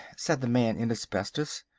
said the man in asbestos,